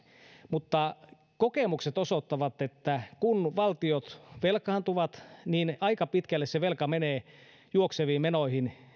mutta kokemukset osoittavat että kun valtiot velkaantuvat niin aika pitkälle se velka menee juokseviin menoihin